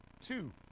two